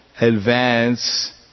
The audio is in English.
advance